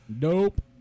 Nope